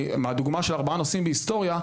מהדוגמה של ארבעה נושאים בהיסטוריה,